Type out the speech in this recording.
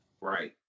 Right